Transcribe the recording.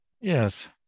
Yes